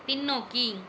பின்னோக்கி